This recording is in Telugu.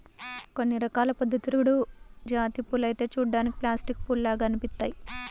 కొన్ని రకాల పొద్దుతిరుగుడు జాతి పూలైతే చూడ్డానికి ప్లాస్టిక్ పూల్లాగా అనిపిత్తయ్యి